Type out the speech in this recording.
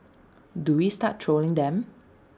do we start trolling them